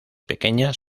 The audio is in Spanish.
pequeñas